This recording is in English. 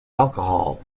alcohol